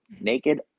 naked